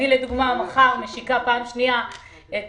לדוגמה, אני מחר משיקה פעם שנייה את